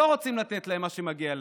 שלא רוצות לתת להם מה שמגיע להם.